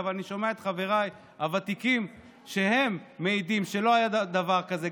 אבל אני שומע את חבריי הוותיקים מעידים שלא היה דבר כזה,